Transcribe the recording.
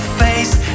face